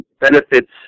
benefits